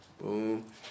boom